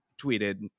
tweeted